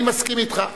אני מסכים אתך.